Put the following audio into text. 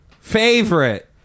favorite